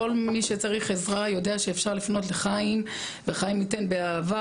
כל מי שצריך עזרה יודע שאפשר לפנות לחיים וחיים ייתן באהבה.